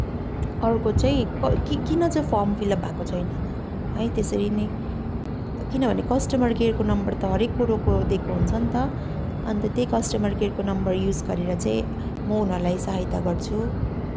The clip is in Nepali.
अर्को चाहिँ किन चाहिँ फर्म फिलअप भएको छैन है त्यसरी नै किनभने कस्टमर केयरको नम्बर त हरेक कुरोको दएको हुन्छ नि त अन्त त्यही कस्टमर केयरको नम्बर युज गरेर चाहिँ म उनीहरूलाई सहायता गर्छु